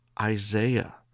Isaiah